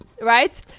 Right